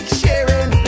sharing